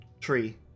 tree